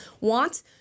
want